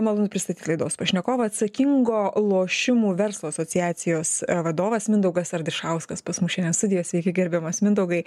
malonu pristatyt laidos pašnekovą atsakingo lošimų verslo asociacijos vadovas mindaugas ardišauskas pas mus šiandien studijoj sveiki gerbiamas mindaugai